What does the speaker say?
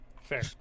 fair